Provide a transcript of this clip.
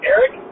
Eric